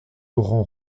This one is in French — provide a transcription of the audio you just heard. rend